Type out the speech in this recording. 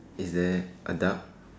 is there a duck